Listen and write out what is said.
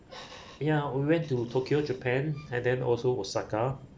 ya we went to tokyo japan and then also osaka